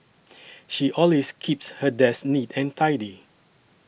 she always keeps her desk neat and tidy